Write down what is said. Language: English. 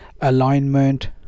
alignment